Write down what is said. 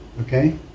Okay